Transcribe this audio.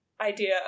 idea